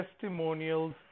testimonials